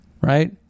right